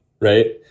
right